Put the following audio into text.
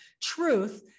truth